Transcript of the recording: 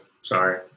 sorry